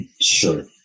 sure